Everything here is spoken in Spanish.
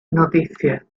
noticia